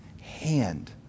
hand